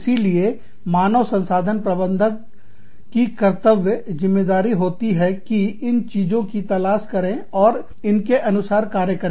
इसीलिए मानव संसाधन प्रबंधक की कर्तव्यज़िम्मेदारी होती है कि इन चीजों की तलाश करें और इनके अनुसार कार्य करें